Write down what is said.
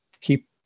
keep